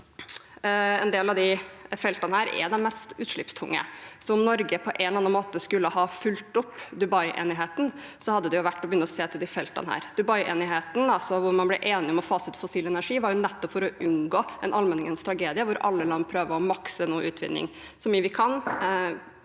en del av disse feltene er de mest utslippstunge. Om Norge på en eller annen måte skulle ha fulgt opp Dubai-enigheten, hadde det vært å begynne å se til disse feltene. Dubai-enigheten, altså da man ble enige om å fase ut fossil energi, var nettopp for å unngå en allmenningens tragedie hvor alle land prøver å maksimere utvinningen så mye man kan,